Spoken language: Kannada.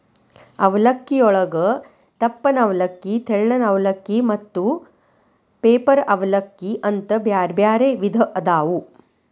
ಅವಲಕ್ಕಿಯೊಳಗ ದಪ್ಪನ ಅವಲಕ್ಕಿ, ತೆಳ್ಳನ ಅವಲಕ್ಕಿ, ಮತ್ತ ಪೇಪರ್ ಅವಲಲಕ್ಕಿ ಅಂತ ಬ್ಯಾರ್ಬ್ಯಾರೇ ವಿಧ ಅದಾವು